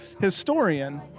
historian